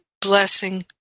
blessing